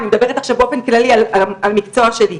אני מדברת עכשיו באופן כללי על המקצוע שלי.